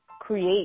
create